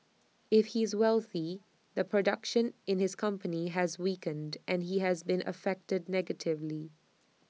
if he's wealthy the production in his company has weakened and he has been affected negatively